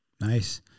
Nice